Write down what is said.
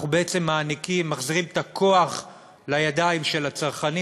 אנחנו מחזירים את הכוח לידיים של הצרכנים